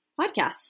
podcasts